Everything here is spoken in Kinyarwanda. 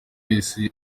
wese